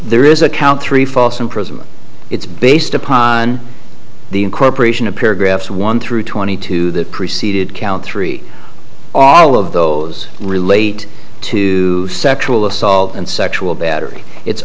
there is a count three false imprisonment it's based upon the incorporation of paragraphs one through twenty two that preceded count three all of those relate to sexual assault and sexual battery it's